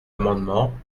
amendement